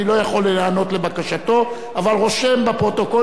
אני לא יכול להיענות לבקשתו אבל רושם בפרוטוקול